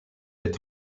est